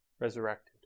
resurrected